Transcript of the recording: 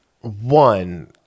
one